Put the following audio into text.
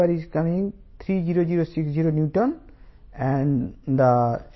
3 kN 7